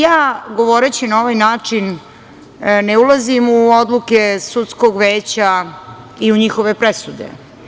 Ja, govoreći na ovaj način, ne ulazim u odluke sudskog veća i u njihove presude.